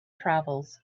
travels